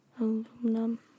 aluminum